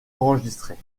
enregistrées